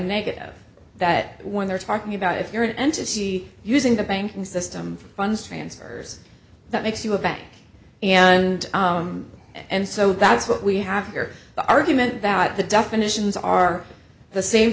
it that when they're talking about if you're an entity using the banking system for funds transfers that makes you a bank and and so that's what we have here the argument that the definitions are the same